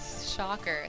Shocker